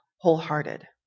wholehearted